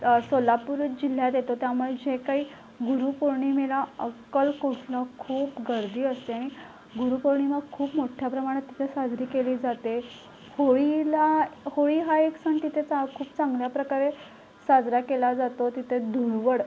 सोलापूर जिल्ह्यात येतं त्यामुळे जे काही गुरुपौर्णिमेला अक्कलकोटला खूप गर्दी असते आणि गुरुपौर्णिमा खूप मोठ्या प्रमाणात तिथं साजरी केली जाते होळीला होळी हा एक सण तिथे चा खूप चांगल्या प्रकारे साजरा केला जातो तिथे धुळवड